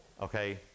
Okay